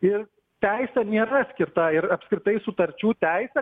ir teisė nėra atskirta ir apskritai sutarčių teisė